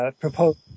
proposed